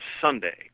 sunday